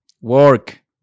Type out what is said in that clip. work